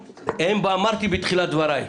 אמרתי בתחילת דבריי,